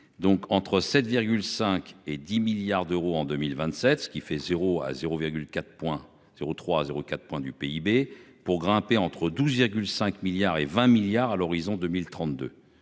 donc entre 7 5 et 10 milliards d'euros en 2027, ce qui fait 0 à 0,4,03, 0 4 point du PIB pour grimper entre 12, 5 milliards et 20 milliards à l'horizon 2032,